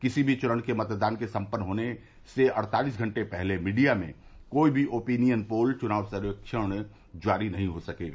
किसी भी चरण के मतदान के सम्पन्न होने से अड़तालिस घंटे पहले मीडिया में कोई भी ओपीनियन पोल चुनाव सर्वेक्षण जारी नहीं हो सकेगा